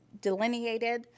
delineated